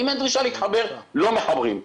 אם אין דרישה להתחבר לא מחברים.